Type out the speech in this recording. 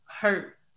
hurt